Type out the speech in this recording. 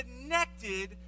connected